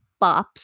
bops